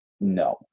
No